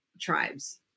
tribes